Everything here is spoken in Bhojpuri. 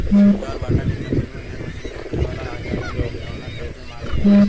ज्वारभाटा के चपेट में ढेरे मछली पकड़े वाला आ जाला लोग जवना चलते मार भी जाले